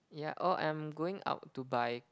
yeah oh I'm going out to buy